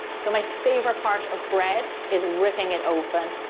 so my favorite part of bread is ripping it open.